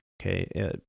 Okay